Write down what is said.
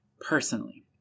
Personally